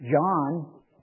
John